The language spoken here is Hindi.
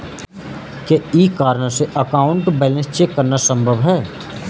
क्या ई कॉर्नर से अकाउंट बैलेंस चेक करना संभव है?